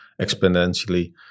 exponentially